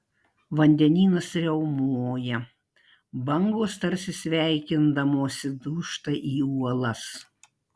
vandenynas riaumoja bangos tarsi sveikindamosi dūžta į uolas